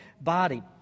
body